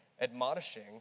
Admonishing